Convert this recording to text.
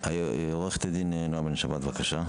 עורכת הדין נעה בן שבת, בבקשה.